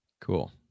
Cool